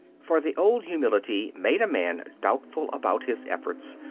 for the old humility made a man doubtful about his efforts,